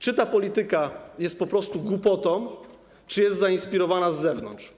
Czy ta polityka jest po prostu wynikiem głupoty, czy jest zainspirowana z zewnątrz?